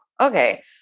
Okay